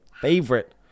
favorite